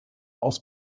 aus